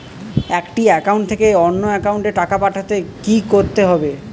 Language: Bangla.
একটি একাউন্ট থেকে অন্য একাউন্টে টাকা পাঠাতে কি করতে হবে?